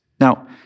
Now